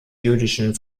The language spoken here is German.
jüdischen